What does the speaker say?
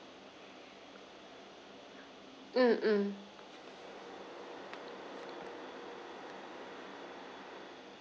mm mm